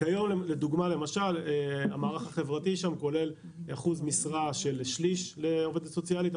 היום לדוגמה המערך החברתי שם כולל שליש אחוז משרה של עובדת סוציאלית.